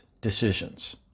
decisions